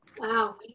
wow